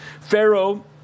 Pharaoh